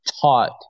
taught